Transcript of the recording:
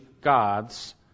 God's